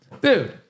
dude